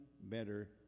better